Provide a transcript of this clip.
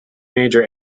major